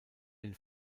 den